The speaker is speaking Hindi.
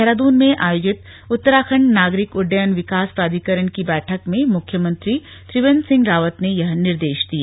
देहरादून में आयोजित उत्तराखण्ड नागरिक उड्डयन विकास प्राधिकरण की बैठक में मुख्यमंत्री त्रिवेन्द्र सिंह रावत ने यह निर्देश दिए